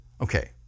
Okay